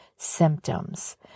symptoms